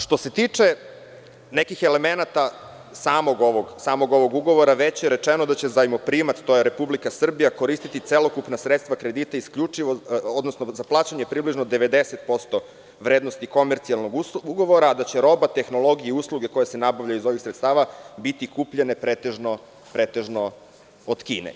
Što se tiče nekih elemenata samog ovog ugovora, već je rečeno da će zajmoprimac, to je Republika Srbija koristiti celokupna sredstva kredita isključivo za plaćanje približno 90% vrednosti komercijalnog ugovora a da će roba tehnologije i usluge koje se nabavljaju iz ovih sredstava biti kupljene pretežno od Kine.